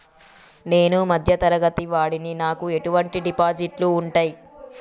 నేను మధ్య తరగతి వాడిని నాకు ఎటువంటి డిపాజిట్లు ఉంటయ్?